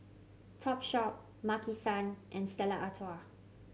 Topshop Maki San and Stella Artois